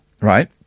right